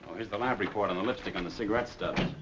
here's the lab report on the lipstick and the cigarette stubs.